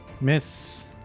Miss